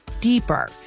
deeper